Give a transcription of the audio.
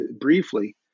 briefly